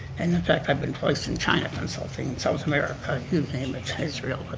and in fact i've been placed in china consulting, south america, you name it, israel.